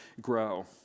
grow